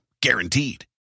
Guaranteed